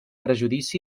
perjuís